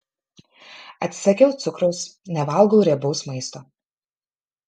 atsisakiau cukraus nevalgau riebaus maisto